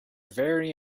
very